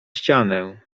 ścianę